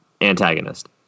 antagonist